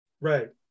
Right